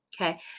Okay